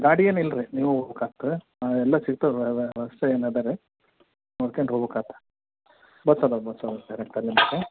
ಗಾಡಿ ಏನಿಲ್ಲ ರೀ ನೀವು ಹೋಗಕಾತ್ತೆ ಎಲ್ಲ ಸಿಗ್ತದೆ ವ್ಯವಸ್ಥೆ ಏನು ಅದೆ ರೀ ನೋಡ್ಕ್ಯಂಡು ಹೋಗ್ಬೇಕಾತ್ ಬಸ್ ಅದವೆ ಬಸ್ ಅದವೆ ಡೈರೆಕ್ಟ್ ಅಲ್ಲಿಂದನೆ